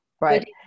right